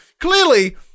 clearly